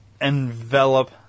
Envelop